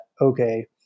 okay